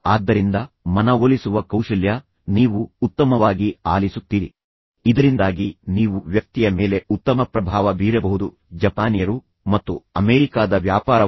ಆದ್ದರಿಂದ ಮನವೊಲಿಸುವ ಕೌಶಲ್ಯ ನೀವು ಉತ್ತಮವಾಗಿ ಆಲಿಸುತ್ತೀರಿ ಇದರಿಂದಾಗಿ ನೀವು ವ್ಯಕ್ತಿಯ ಮೇಲೆ ಉತ್ತಮ ಪ್ರಭಾವ ಬೀರಬಹುದು ಮತ್ತು ನೀವು ಕೇಳುವುದರಿಂದ ನೀವು ಇತರ ವ್ಯಕ್ತಿಯೊಂದಿಗೆ ಉತ್ತಮವಾಗಿ ಸಕ್ರಿಯವಾಗಿ ಮಾತುಕತೆ ನಡೆಸಲು ಸಾಧ್ಯವಾಗುತ್ತದೆ